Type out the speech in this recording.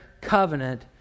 covenant